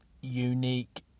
unique